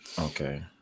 Okay